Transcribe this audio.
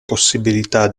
possibilità